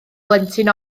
blentyn